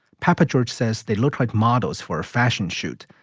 papageorge says they looked like models for a fashion shoot,